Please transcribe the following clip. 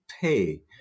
pay